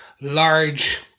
large